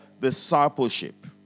discipleship